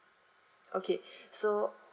okay so